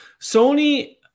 Sony